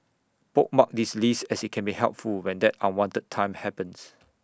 bookmark this list as IT can be helpful when that unwanted time happens